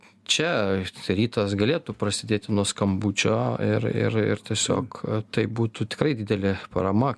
čia rytas galėtų prasidėti nuo skambučio ir ir ir tiesiog tai būtų tikrai didelė parama